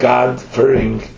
God-fearing